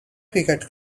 cricket